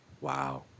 Wow